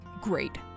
Great